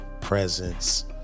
presence